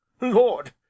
lord